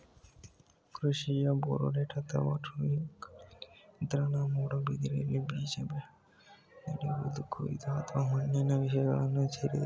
ಕೃಷಿಲಿ ರೋಬೋಟ್ ಅಥವಾ ಡ್ರೋನ್ಗಳು ಕಳೆನಿಯಂತ್ರಣ ಮೋಡಬಿತ್ತನೆ ಬೀಜ ನೆಡುವುದು ಕೊಯ್ಲು ಮತ್ತು ಮಣ್ಣಿನ ವಿಶ್ಲೇಷಣೆ ಸೇರಿವೆ